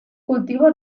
cultivos